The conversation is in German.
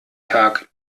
tag